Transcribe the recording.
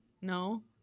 no